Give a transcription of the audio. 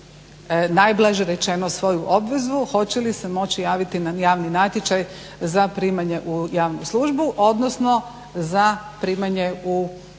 najblaže rečeno svoju obvezu hoće li se moći javiti na javni natječaj za primanje u javnu službu, odnosno za primanje u